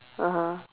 (uh huh)